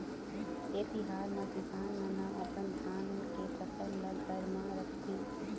ए तिहार म किसान मन ह अपन धान के फसल ल घर म राखथे